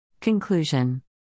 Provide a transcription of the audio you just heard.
Conclusion